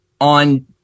on